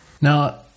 Now